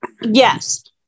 Yes